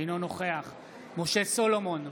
אינו נוכח משה סולומון,